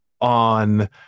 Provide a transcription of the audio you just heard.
on